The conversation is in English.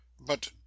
But